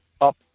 up